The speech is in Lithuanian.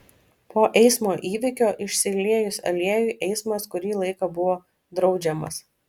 po eismo įvykio išsiliejus aliejui eismas kurį laiką buvo draudžiamas